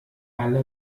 alle